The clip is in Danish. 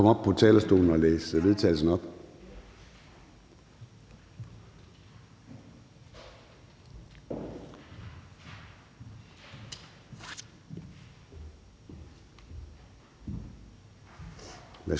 Man kan komme op på talerstolen og læse